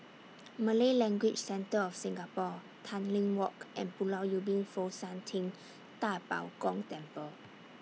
Malay Language Centre of Singapore Tanglin Walk and Pulau Ubin Fo Shan Ting DA Bo Gong Temple